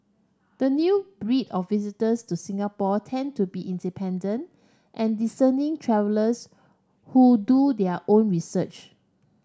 the new breed of visitors to Singapore tend to be independent and discerning travellers who do their own research